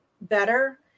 better